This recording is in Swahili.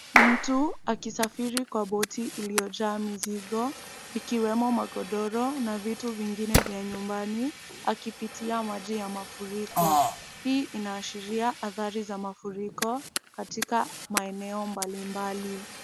Mtu akisafiri kwa boti iliyojaa mizigo, ikiwemo magodoro na vitu vingine vya nyumbani, akipitia maji ya mafuriko. Hii inaashiria athari za mafuriko katika maeneo mbali mbali.